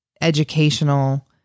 educational